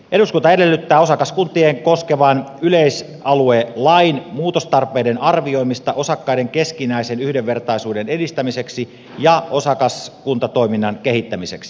eduskunta edellyttää osakaskuntia koskevan yhteisaluelain muutostarpeiden arvioimista osakkaiden keskinäisen yhdenvertaisuuden edistämiseksi ja osakaskuntatoiminnan kehittämiseksi